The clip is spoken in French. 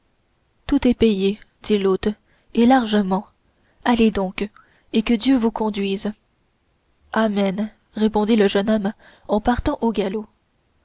tout est payé dit l'hôte et largement allez donc et que dieu vous conduise amen répondit le jeune homme en partant au galop